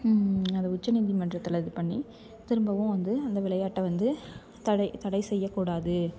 அதை உச்சநீதிமன்றத்தில் இது பண்ணி திரும்பவும் வந்து அந்த விளையாட்டை வந்து தடை தடை செய்யக்கூடாது